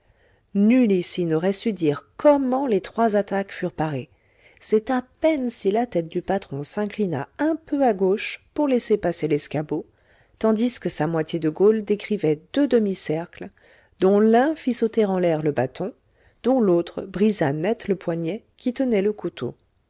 nul ici n'aurait su dire comment les trois attaques furent parées c'est à peine si la tête du patron s'inclina un peu à gauche pour laisser passer l'escabeau tandis que sa moitié de gaule décrivait deux demi-cercles dont l'un fit sauter en l'air le bâton dont l'autre brisa net le poignet qui tenait le couteau